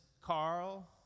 Carl